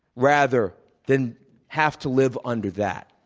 rather than have to live under that.